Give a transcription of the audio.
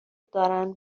دارن